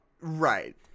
right